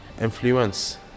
influence